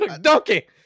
donkey